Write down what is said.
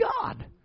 God